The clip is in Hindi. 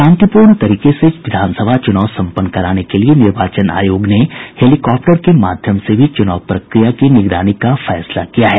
शांतिपूर्ण तरीके से विधानसभा चुनाव सम्पन्न कराने के लिए निर्वाचन आयोग ने हेलीकॉप्टर के माध्यम से भी चुनाव प्रक्रिया की निगरानी का फैसला किया है